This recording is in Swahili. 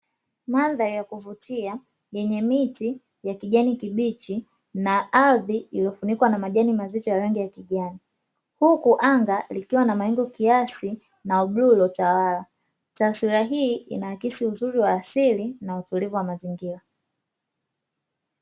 Mandhari ya kuvutia yenye miti ya kijani kibichi na ardhi iliyofunikwa na majani mazito ya rangi ya kijani, huku anga likiwa na mawingu kiasi na ubluu uliotawala; taswira hii ina akisi uzuri wa asili na utulivu wa mazingira.